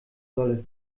solle